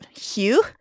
Hugh